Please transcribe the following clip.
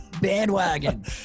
bandwagon